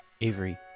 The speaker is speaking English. Avery